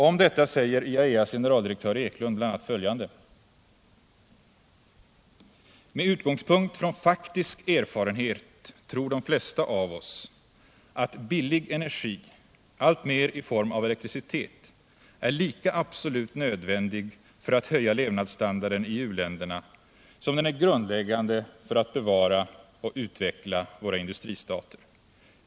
Om detta säger IAEA:s generaldirektör Eklund bl.a. följande: ”Med utgångspunkt från faktisk erfarenhet tror de flesta av oss, att billig energi — alltmer i form av elektricitet — är lika absolut nödvändig för att höja levnadsstandarden i u-länderna, som den är grundläggande för att bevara och utveckla våra industristater.